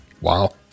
Wow